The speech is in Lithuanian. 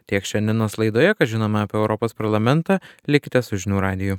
tiek šiandienos laidoje ką žinome apie europos parlamentą likite su žinių radiju